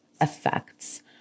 effects